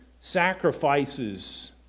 sacrifices